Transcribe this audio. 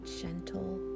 gentle